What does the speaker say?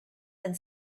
and